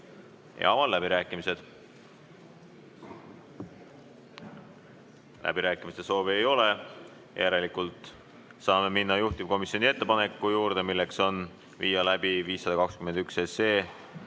Avan läbirääkimised. Läbirääkimiste soovi ei ole, järelikult saame minna juhtivkomisjoni ettepaneku juurde, milleks on viia läbi 521 SE